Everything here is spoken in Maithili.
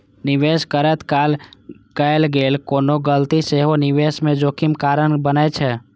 निवेश करैत काल कैल गेल कोनो गलती सेहो निवेश मे जोखिम कारण बनै छै